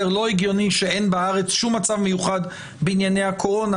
לא הגיוני שאין בארץ שום מצב מיוחד בענייני הקורונה,